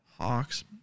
Hawks